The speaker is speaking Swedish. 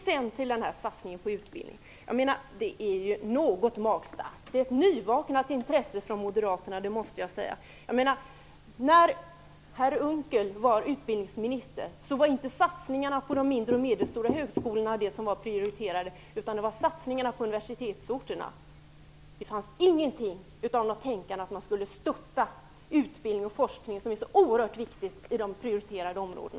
Vad gäller satsningen på utbildning är det något magstarkt med detta nyvaknade intresse från moderaternas sida. När herr Unckel var utbildningsminister prioriterade man inte satsningarna på de mindre och medelstora högskolorna, utan satsningarna på universitetsorterna. Det fanns ingenting av ett tänkande som gick ut på att man skulle stötta utbildning och forskning i de prioriterade områdena, vilket är oerhört viktigt.